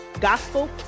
gospel